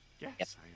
Yes